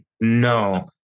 No